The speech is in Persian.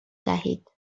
دهید